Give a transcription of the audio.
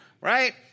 right